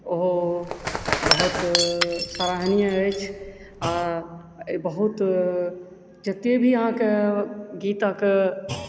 ओहो बहुत सराहनीय अछि आ ई बहुत जते भी आहाँके गीतक